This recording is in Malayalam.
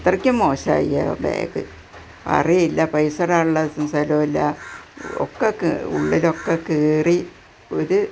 അത്രക്കും മോശമായി ആ ബാഗ് അറിയില്ല പൈസ തരാനുള്ള സംസാരവുമില്ല ഒക്കെ ക് ഉള്ളിലൊക്കെ കീറി ഒരു